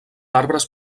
arbres